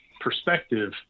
perspective